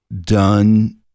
done